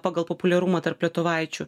pagal populiarumą tarp lietuvaičių